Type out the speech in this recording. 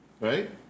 right